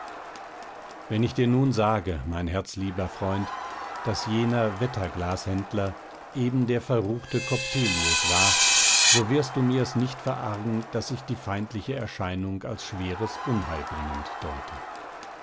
wenn ich dir nun sage mein herzlieber freund daß jener wetterglashändler eben der verruchte coppelius war so wirst du mir es nicht verargen daß ich die feindliche erscheinung als schweres unheil bringend deute